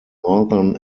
northern